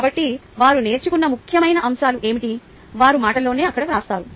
కాబట్టి వారు నేర్చుకున్న ముఖ్యమైన అంశాలు ఏమిటి వారి మాటలలోనే అక్కడ వ్రాస్తారు